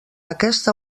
aquest